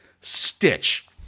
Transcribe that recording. stitch